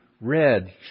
red